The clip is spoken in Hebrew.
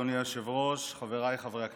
אדוני היושב-ראש, חבריי חברי הכנסת,